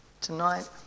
tonight